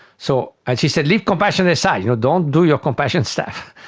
so and she said, leave compassion aside, you know don't do your compassion stuff.